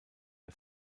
der